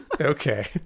Okay